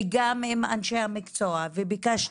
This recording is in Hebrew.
גם עם אנשי המקצוע וביקשתי,